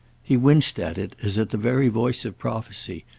he winced at it as at the very voice of prophecy,